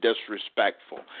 disrespectful